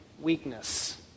weakness